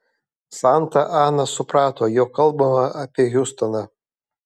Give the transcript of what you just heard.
santa ana suprato jog kalbama apie hiustoną